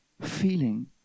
feeling